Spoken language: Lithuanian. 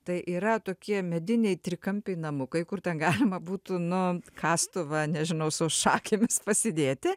tai yra tokie mediniai trikampiai namukai kur ten galima būtų nu kastuvą nežinau su šakėmis pasidėti